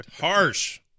Harsh